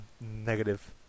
negative